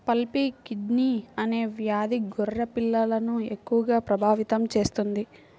pulpy kidney అనే వ్యాధి గొర్రె పిల్లలను ఎక్కువగా ప్రభావితం చేస్తుంది